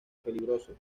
peligroso